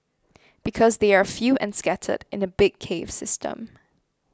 because they are few and scattered in a big cave system